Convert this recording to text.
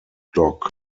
dock